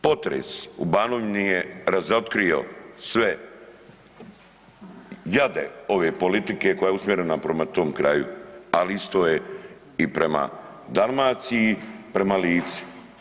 Potres u Banovini je razotkrio sve jade ove politike koja je usmjerena prema tom kraju, ali isto je prema Dalmaciji i prema Lici.